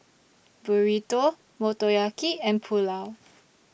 Burrito Motoyaki and Pulao